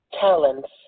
talents